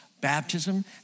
Baptism